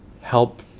help